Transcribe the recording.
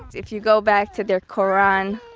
if you go back to their koran,